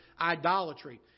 idolatry